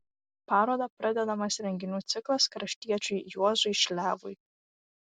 paroda pradedamas renginių ciklas kraštiečiui juozui šliavui